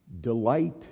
Delight